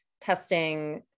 testing